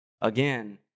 Again